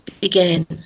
began